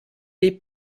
les